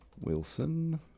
Wilson